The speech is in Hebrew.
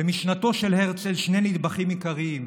במשנתו של הרצל שני נדבכים עיקריים,